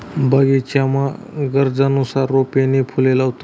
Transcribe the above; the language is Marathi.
बगीचामा गरजनुसार रोपे नी फुले लावतंस